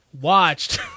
watched